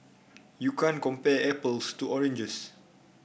you can't compare apples to oranges